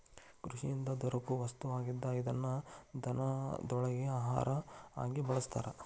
ಕೃಷಿಯಿಂದ ದೊರಕು ವಸ್ತು ಆಗಿದ್ದ ಇದನ್ನ ದನಗೊಳಗಿ ಆಹಾರಾ ಆಗಿ ಬಳಸ್ತಾರ